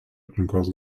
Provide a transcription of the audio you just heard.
aplinkos